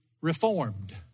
reformed